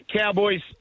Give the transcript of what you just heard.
Cowboys